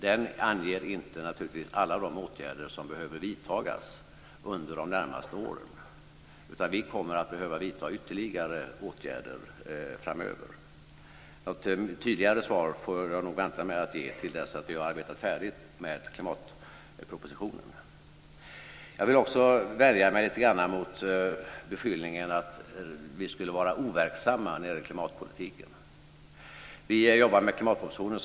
Den anger naturligtvis inte alla de åtgärder som behöver vidtas under de närmaste åren, utan vi kommer att behöva vidta ytterligare åtgärder framöver. Något tydligare svar får jag nog vänta med att ge till dess att vi har arbetat färdigt med klimatpropositionen. Jag vill också värja mig lite grann mot beskyllningen att vi skulle vara overksamma när det gäller klimatpolitiken.